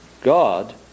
God